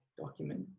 document